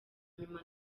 nyuma